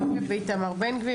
אורי מקלב ואיתמר בן גביר.